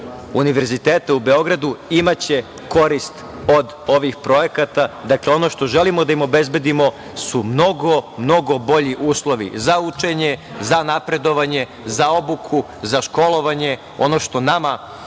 Univerziteta u Beogradu imaće korist od ovih projekata. Ono što želimo da im obezbedimo su mnogo, mnogo bolji uslovi za učenje, za napredovanje, za obuku, za školovanje. Ono što nama nedostaje,